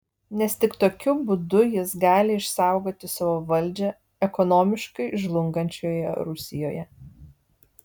nes tik tokiu būdu jis gali išsaugoti savo valdžią ekonomiškai žlungančioje rusijoje